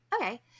okay